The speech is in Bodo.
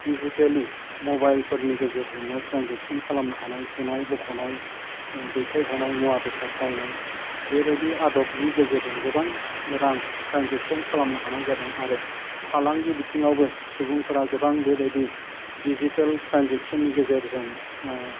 दिजिटेलि मबाइलफोरनि गेजेरजोंनो ट्रेन्जेक्सन खालामनो हानाय सोनाय बख'नाय ओह दैथाइ हरनाय मुवा बेसाद बायनाइ बेबायदि आदबनि गेजेरजों गोबां रां ट्रेन्जेक्सन खालामनो हानाय जादों आरो फालांगि बिथिङावबो सुबुंफोरा गोबां बेबायदि दिजिटेल ट्रेन्जेक्सननि गेजेरजों ओह